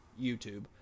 YouTube